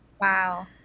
Wow